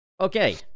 Okay